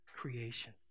creation